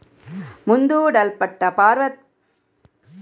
ಮುಂದೂಡಲ್ಪಟ್ಟ ಪಾವತಿಯ ಮಾನದಂಡವನ್ನು ವಿನಿಮಯ ಕಾರ್ಯದ ಮಾಧ್ಯಮದಿಂದ ಪ್ರತ್ಯೇಕಿಸಬಹುದು